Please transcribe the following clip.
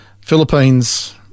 philippines